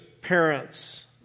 parents